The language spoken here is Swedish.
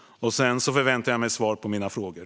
Jag förväntar mig svar på mina frågor.